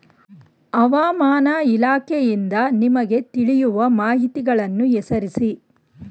ಹವಾಮಾನ ಇಲಾಖೆಯಿಂದ ನಮಗೆ ತಿಳಿಯುವ ಮಾಹಿತಿಗಳನ್ನು ಹೆಸರಿಸಿ?